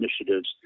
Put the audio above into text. initiatives